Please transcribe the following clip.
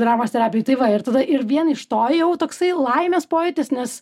dramos terapijoj tai va ir tada ir vien iš to jau toksai laimės pojūtis nes